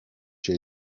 się